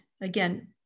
again